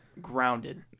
grounded